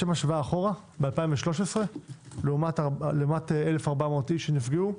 לשם השוואה, ב-2013 לעומת 1,400 איש שנפגעו,